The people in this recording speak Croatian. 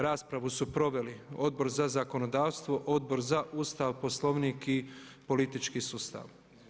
Raspravu su proveli Odbor za zakonodavstvo, Odbor za Ustav, Poslovnik i politički sustav.